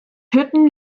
hütten